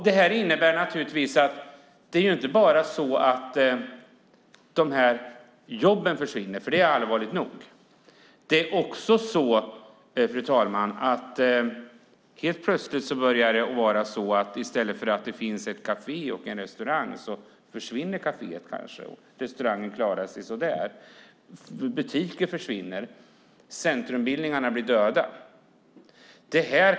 Detta innebär naturligtvis inte bara att jobben försvinner, även om det är allvarligt nog, utan att det helt plötsligt blir så att det kafé eller den restaurang som har funnits där kanske försvinner eller klarar sig sämre. Butiker försvinner, och centrumbildningarna dör.